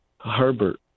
Herbert